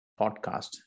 podcast